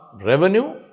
revenue